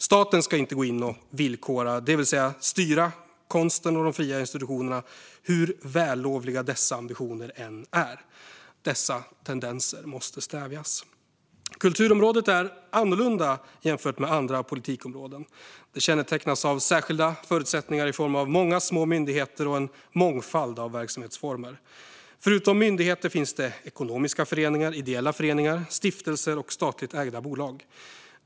Staten ska inte gå in och villkora - det vill säga styra - konsten och de fria institutionerna, hur vällovliga dess ambitioner än är. Dessa tendenser måste stävjas. Kulturområdet är annorlunda jämfört med andra politikområden. Det kännetecknas av särskilda förutsättningar i form av många små myndigheter och en mångfald av verksamhetsformer. Förutom myndigheter finns det ekonomiska föreningar, ideella föreningar, stiftelser och statligt ägda bolag.